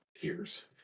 tears